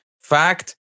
Fact